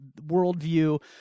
worldview